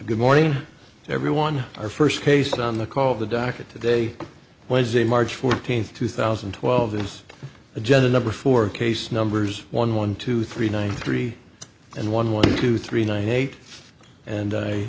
good morning everyone or first case on the call the docket today wednesday march fourteenth two thousand and twelve there's agenda number four case numbers one one two three nine three and one one two three nine eight and i